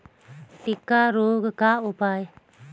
टिक्का रोग का उपाय?